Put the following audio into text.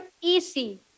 easy